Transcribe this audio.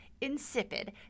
insipid